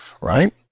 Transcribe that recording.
right